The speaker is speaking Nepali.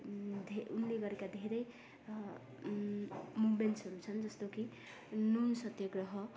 उन उनले गरेका धेरै मुभमेन्ट्सहरू छन् जस्तो कि नुन सत्याग्रह